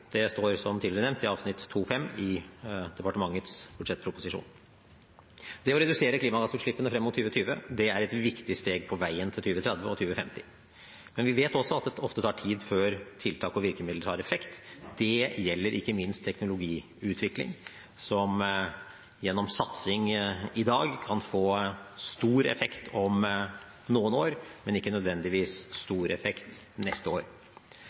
Det står, som tidligere nevnt, i avsnitt 2.5 i departementets budsjettproposisjon. Det å redusere klimagassutslippene frem mot 2020 er et viktig steg på veien til 2030 og 2050. Men vi vet også at det ofte tar tid før tiltak og virkemidler har effekt. Det gjelder ikke minst teknologiutvikling, som gjennom satsing i dag kan få stor effekt om noen år, men ikke nødvendigvis stor effekt neste år.